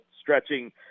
stretching